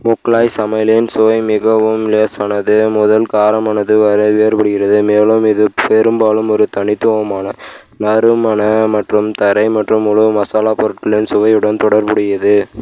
முக்லாய் சமையலின் சுவை மிகவும் லேசானது முதல் காரமானது வரை வேறுபடுகிறது மேலும் இது பெரும்பாலும் ஒரு தனித்துவமான நறுமணம் மற்றும் தரை மற்றும் முழு மசாலாப் பொருட்களின் சுவையுடன் தொடர்புடையது